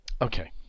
Okay